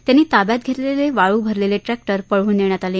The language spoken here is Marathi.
त्यांनी ताब्यात घेतलेले वाळू भरलेले ट्रॅक्टर पळव्न नेण्यात आले